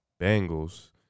Bengals